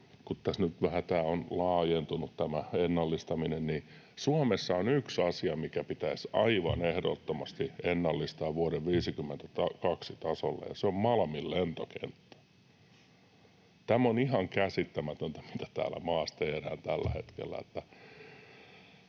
kun tässä nyt vähän tämä ennallistaminen on laajentunut, että Suomessa on yksi asia, mikä pitäisi aivan ehdottomasti ennallistaa vuoden 52 tasolle, ja se on Malmin lentokenttä. Tämä on ihan käsittämätöntä, mitä tässä maassa tehdään tällä hetkellä